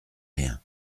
rien